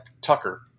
Tucker